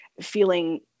feeling